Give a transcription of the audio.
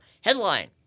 Headline